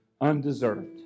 undeserved